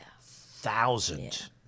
thousand